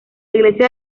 iglesia